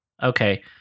okay